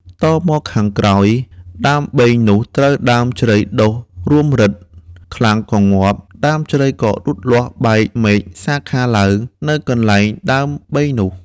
តមកខាងក្រោយ ដើមបេងនោះ ត្រូវដើមជ្រៃដុះរួតរឹតខ្លាំងក៏ងាប់ ដើមជ្រៃក៏លូតលាស់បែកមែកសាខាឡើង នៅកន្លែងដើមបេងនោះ ។